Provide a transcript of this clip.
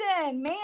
man